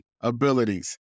abilities